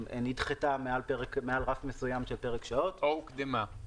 שנדחתה מעל רף מסוים של פרק שעות, או הוקדמה,